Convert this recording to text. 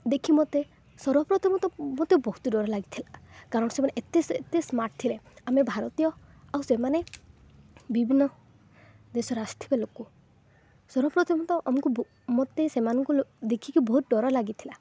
ଦେଖି ମୋତେ ସର୍ବପ୍ରଥମ ତ ମୋତେ ବହୁତ ଡର ଲାଗିଥିଲା କାରଣ ସେମାନେ ଏତେ ଏତେ ସ୍ମାର୍ଟ୍ ଥିଲେ ଆମେ ଭାରତୀୟ ଆଉ ସେମାନେ ବିଭିନ୍ନ ଦେଶରୁ ଆସିଥିବା ଲୋକ ସର୍ବପ୍ରଥମେ ତ ଆମକୁ ମୋ ତେ ସେମାନଙ୍କୁ ଦେଖିକି ବହୁତ ଡର ଲାଗିଥିଲା